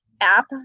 app